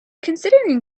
considering